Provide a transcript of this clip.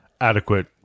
adequate